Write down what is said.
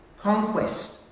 conquest